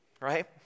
Right